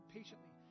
patiently